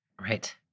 Right